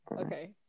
Okay